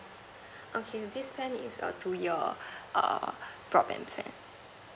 okay this plan is a two year err broadband plan